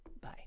Bye